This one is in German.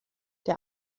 der